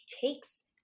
takes